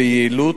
ביעילות,